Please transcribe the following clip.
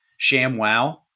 ShamWow